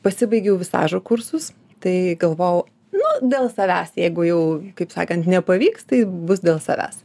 pasibaigiau visažo kursus tai galvojau nu dėl savęs jeigu jau kaip sakant nepavyks tai bus dėl savęs